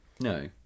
no